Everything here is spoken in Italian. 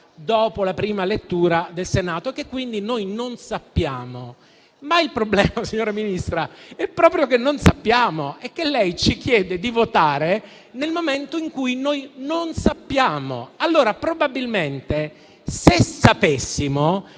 dopo la prima lettura del Senato e che, quindi, noi non sappiamo. Il problema, signor Ministro, è proprio che noi non sappiamo e che lei ci chiede di votare nel momento in cui noi non sappiamo. Probabilmente, se sapessimo,